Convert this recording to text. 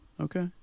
Okay